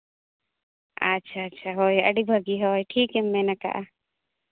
ᱟᱪᱷᱟ ᱟᱪᱷᱟ ᱦᱳᱭ ᱟᱹᱰᱤ ᱵᱷᱟᱜᱮ ᱦᱳᱭ ᱴᱷᱤᱠ ᱮᱢ ᱢᱮᱱ ᱠᱟᱜᱼᱟ